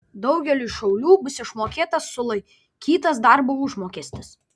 daugeliui šaulių bus išmokėtas sulaikytas darbo užmokestis